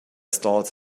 stalls